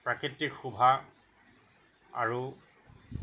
প্ৰাকৃতিক শোভা আৰু